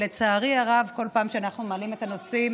ולצערי הרב, כל פעם שאנחנו מעלים את הנושאים